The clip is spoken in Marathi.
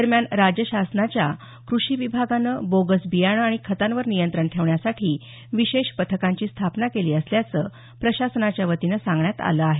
दरम्यान राज्य शासनाच्या क्रषी विभागानं बोगस बियाणं आणि खतांवर नियंत्रण ठेवण्यासाठी विशेष पथकांची स्थापना केली असल्याचं प्रशासनाच्यावतीनं सांगण्यात आलं आहे